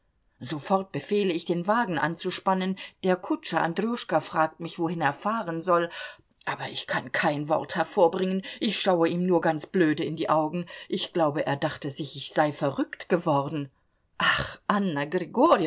sofort befehle ich den wagen anzuspannen der kutscher andrjuschka fragt mich wohin er fahren soll aber ich kann kein wort hervorbringen ich schaue ihm nur ganz blöde in die augen ich glaube er dachte sich ich sei verrückt geworden ach anna